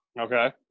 Okay